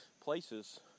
places